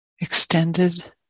extended